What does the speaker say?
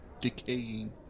decaying